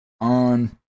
on